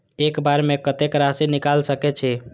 एक बार में कतेक राशि निकाल सकेछी?